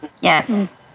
Yes